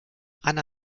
anna